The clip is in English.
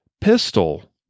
pistol